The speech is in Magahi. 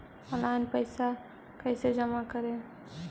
ऑनलाइन पैसा कैसे जमा करे?